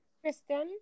Kristen